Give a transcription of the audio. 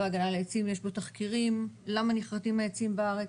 יש בו תחקירים למה נכרתים העצים בארץ,